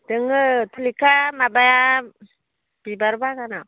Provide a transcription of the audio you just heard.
दङ थुलिखा माबा बिबार बागाना